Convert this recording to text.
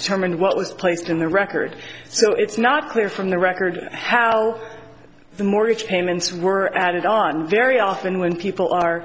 determined what was placed in the record so it's not clear from the record how the mortgage payments were added on very often when people are